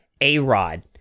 A-Rod